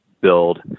build